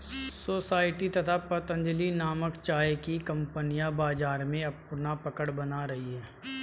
society तथा पतंजलि नामक चाय की कंपनियां बाजार में अपना पकड़ बना रही है